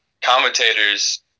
commentators